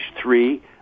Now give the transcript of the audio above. three